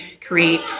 create